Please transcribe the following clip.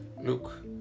look